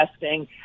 testing